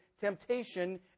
temptation